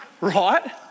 Right